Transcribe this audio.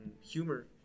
humor